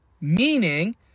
meaning